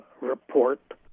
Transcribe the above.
report